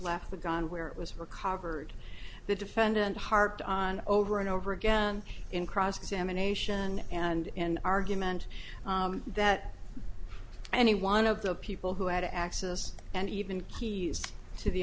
left the gun where it was recovered the defendant harped on over and over again in cross examination and argument that any one of the people who had access and even keys to the